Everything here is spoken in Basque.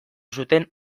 zuten